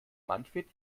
manfred